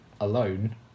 alone